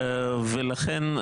ולכן,